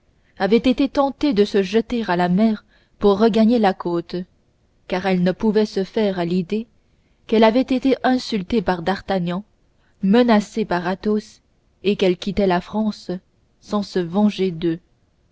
avait été tentée de se jeter à la mer pour regagner la côte car elle ne pouvait se faire à l'idée qu'elle avait été insultée par d'artagnan menacée par athos et qu'elle quittait la france sans se venger d'eux